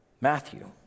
Matthew